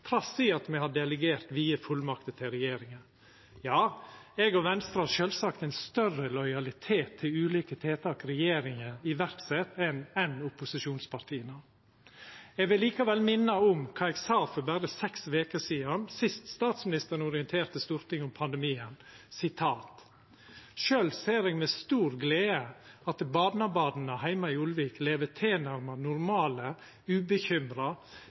trass i at me har delegert vide fullmakter til regjeringa. Ja, eg og Venstre har sjølvsagt ein større lojalitet til ulike tiltak regjeringa set i verk, enn opposisjonspartia. Eg vil likevel minna om kva eg sa for berre seks veker sidan, sist statsministeren orienterte Stortinget om pandemien: «Sjølv ser eg med stor glede at barnebarna heime i Ulvik lever tilnærma normale, ubekymra